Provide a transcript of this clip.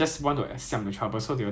food in 每一个 camp 是不一样